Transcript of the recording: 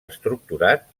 estructurat